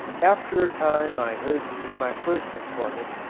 after a time i heard from my first informant,